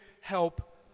help